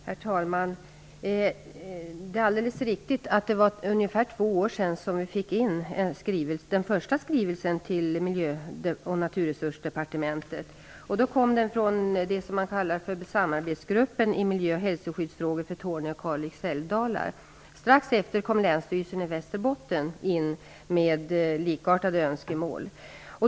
Herr talman! Det är alldeles riktigt att det är ungefär två år sedan vi fick in den första skrivelsen till Miljö och naturresursdepartementet. Den kom från det som man kallar för Samarbetsgruppen i miljö och hälsoskyddsfrågor för Torne och Kalix älvdalar. Strax efter kom Länsstyrelsen i Västerbotten in med likartade önskemål.